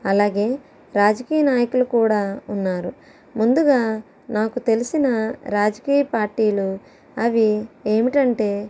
అలాగే రాజకీయ నాయకులు కూడా ఉన్నారు ముందుగా నాకు తెలిసిన రాజకీయ పార్టీలు అవి ఏమిటి అంటే